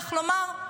איך לומר?